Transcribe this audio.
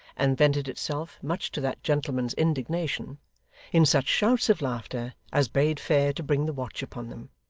and vented itself much to that gentleman's indignation in such shouts of laughter as bade fair to bring the watch upon them,